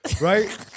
Right